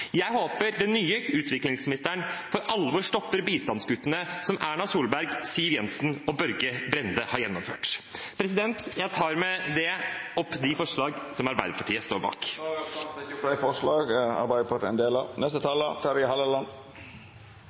Jeg håper den nye utviklingsministeren for alvor stopper bistandskuttene som Erna Solberg, Siv Jensen og Børge Brende har gjennomført. Jeg tar med det opp det forslaget Arbeiderpartiet står bak. Representanten Åsmund Aukrust har teke opp